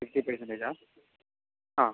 fifty പെർസെൻറ്റേജോ ആ